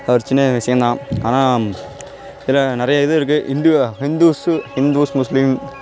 ஒரு சின்ன விஷயம்தான் ஆனால் இதில் நிறைய இது இருக்கு ஹிந்து ஹிந்துஸ்ஸு ஹிந்துஸ் முஸ்லீம்